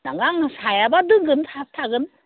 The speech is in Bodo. नाङा आंनो हायाबा दोनगोन थागोन